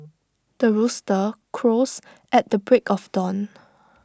the rooster crows at the break of dawn